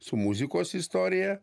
su muzikos istorija